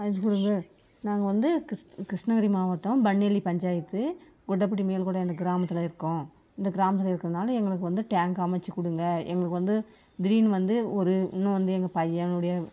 நாங்கள் வந்து கிருஸ் கிருஷ்ணகிரி மாவட்டம் பன்னல்லி பஞ்சாயத்து கொண்டப்பட்டி மேல்கொண்ட என்ற கிராமத்தில் இருக்கோம் இந்த கிராமத்தில் இருக்கிறனால எங்களுக்கு வந்து டேங்க் அமைச்சிக் கொடுங்க எங்களுக்கு வந்து திடீரெனு வந்து ஒரு இன்னும் வந்து எங்கள் பையனுடைய